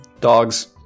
Dogs